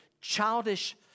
childish